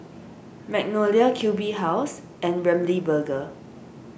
Magnolia Q B House and Ramly Burger